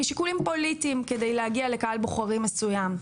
משיקולים פוליטיים כדי להגיע לקהל בוחרים מסוים.